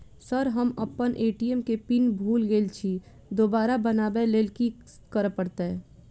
Sir हम अप्पन ATM केँ पिन भूल गेल छी दोबारा बनाबै लेल की करऽ परतै?